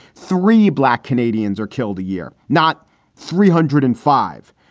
three black canadians are killed a year, not three hundred and five,